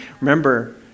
Remember